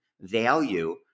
value